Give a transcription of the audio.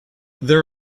there